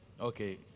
Okay